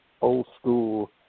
old-school